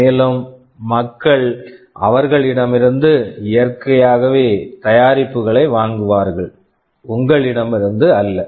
மேலும் மக்கள் அவர்களிடமிருந்து இயற்கையாகவே தயாரிப்புகளை வாங்குவார்கள் உங்களிடமிருந்து அல்ல